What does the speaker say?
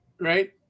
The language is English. right